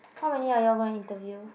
how many are you all gonna interview